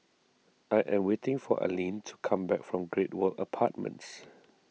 I am waiting for Alene to come back from Great World Apartments